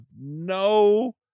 no